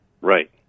Right